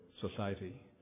society